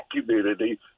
community